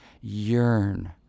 Yearn